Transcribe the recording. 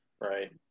Right